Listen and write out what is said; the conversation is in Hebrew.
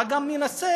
אתה גם מנסה